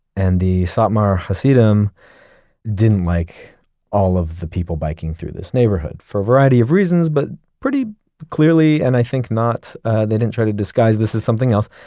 and the satmar hasidim didn't like all of the people biking through this neighborhood for a variety of reasons, but pretty clearly, and i think ah they didn't try to disguise this as something else,